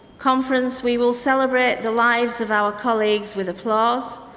conference, we will celebrate the lives of our colleagues with applause,